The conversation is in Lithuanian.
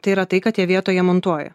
tai yra tai kad jie vietoje montuoja